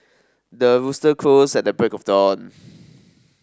the rooster crows at the break of dawn